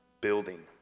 building